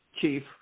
chief